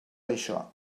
això